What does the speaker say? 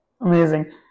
Amazing